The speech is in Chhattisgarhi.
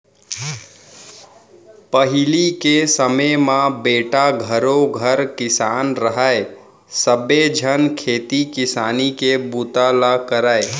पहिली के समे म बेटा घरों घर किसान रहय सबे झन खेती किसानी के बूता ल करयँ